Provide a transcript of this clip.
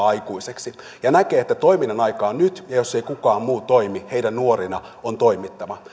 aikuiseksi ja hän näkee että toiminnan aika on nyt ja jos ei kukaan muu toimi heidän nuorina on toimittava